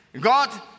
God